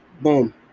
boom